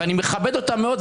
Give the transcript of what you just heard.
ואני מכבד אותה מאוד,